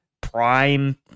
prime